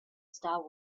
star